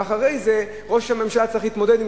ואחרי זה ראש הממשלה צריך להתמודד עם